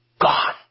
gone